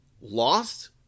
lost